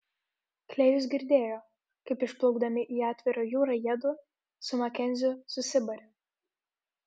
klėjus girdėjo kaip išplaukdami į atvirą jūrą jiedu su makenziu susibarė